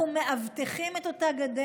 אנחנו מאבטחים את אותה גדר,